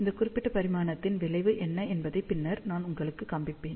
இந்த குறிப்பிட்ட பரிமாணத்தின் விளைவு என்ன என்பதை பின்னர் நான் உங்களுக்குக் காண்பிப்பேன்